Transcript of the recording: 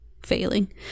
failing